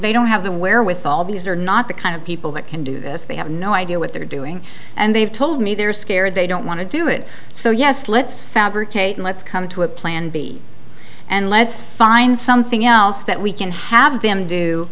they don't have the where with all these are not the kind of people that can do this they have no idea what they're doing and they've told me they're scared they don't want to do it so yes let's fabricate let's come to a plan b and let's find something else that we can have them do